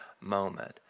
moment